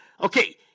Okay